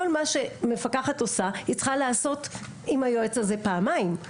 כל מה שמפקחת עושה היא צריכה לעשות עם היועץ הזה פעמיים,